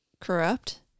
corrupt